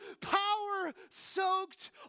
power-soaked